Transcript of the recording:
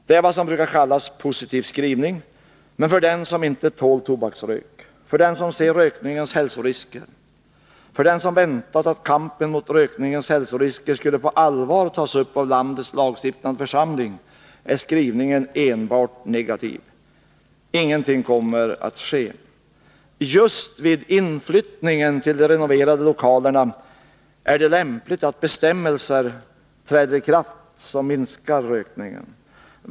Det är vad som brukar kallas ”positiv skrivning”, men för dem som inte tål tobaksrök, för dem som ser rökningens hälsorisker samt för dem som har väntat att kampanjen mot rökningens hälsorisker skulle på allvar tas upp av landets lagstiftande församling är skrivningen enbart negativ. Ingenting kommer att ske. Men just vid inflyttningen till de renoverade lokalerna är det lämpligt att bestämmelser som minskar rökningen träder i kraft.